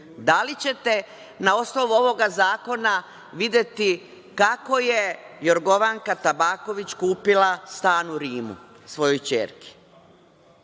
Da li ćete na osnovu ovog zakona videti kako je Jorgovanka Tabaković kupila stan u Rimu svojoj ćerki?